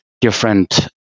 different